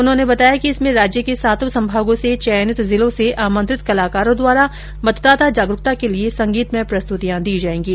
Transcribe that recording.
उन्होंने बताया कि इसमें राज्य के सातों संभागों से चयनित जिलों से आमंत्रित कलाकारों द्वारा मतदाता जागरुकता के लिए संगीतमय प्रस्तुतियां दी जाएंगी